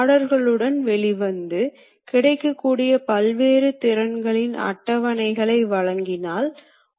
operator display மற்றும் அனைத்து வகையான பாதுகாப்பு பொறிமுறையும் உள்ளன